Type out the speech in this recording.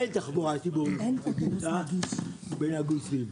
אין תחבורה ציבורית נגישה בין הגושים.